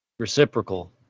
Reciprocal